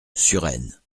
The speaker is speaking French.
suresnes